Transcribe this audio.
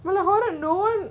well uh horror no